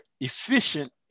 efficient